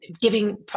giving